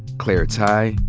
claire tighe,